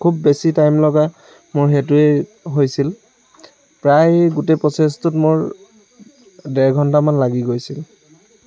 খুব বেছি টাইম লগা মোৰ সেইটোৱেই হৈছিল প্ৰায় গোটেই প্ৰচেচটোত মোৰ ডেৰ ঘণ্টামান লাগি গৈছিল